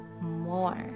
more